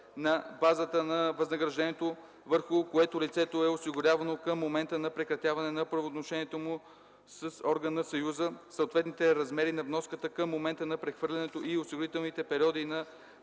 на базата на възнаграждението, върху което лицето е осигурявано към момента на прекратяване на правоотношението му с орган на Съюза, съответните размери на вноската към момента на прехвърлянето и осигурителните периоди на